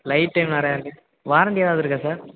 life time வேறு warranty ஏதாவது இருக்கா சார்